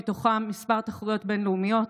מתוכן כמה תחרויות בין-לאומיות.